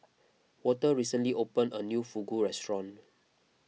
Walter recently opened a new Fugu restaurant